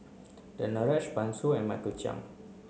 Danaraj Pan Shou and Michael Chiang